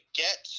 get